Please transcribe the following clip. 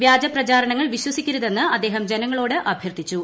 വ്യാജപ്രചാരണങ്ങൾ വിശ്വസിക്കരുതെന്ന് അദ്ദേഹം ജനങ്ങളോട് അഭ്യർത്ഥിച്ചു